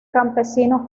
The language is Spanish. campesino